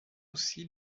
aussi